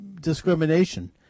discrimination